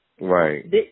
Right